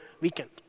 weekend